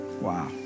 Wow